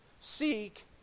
Seek